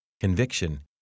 Conviction